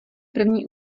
první